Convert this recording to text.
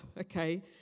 okay